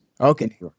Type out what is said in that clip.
Okay